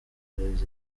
perezida